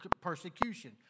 persecution